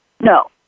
No